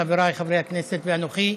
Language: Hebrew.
חבריי חברי הכנסת ואנוכי,